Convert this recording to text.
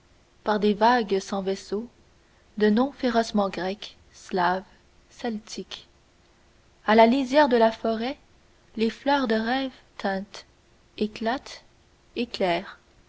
par des vagues sans vaisseaux de noms férocement grecs slaves celtiques a la lisière de la forêt les fleurs de rêve tintent éclatent éclairent